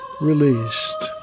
released